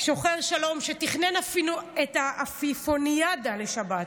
שוחר שלום, שתכנן אפילו את העפיפוניאדה לשבת,